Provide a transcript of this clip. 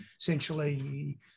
essentially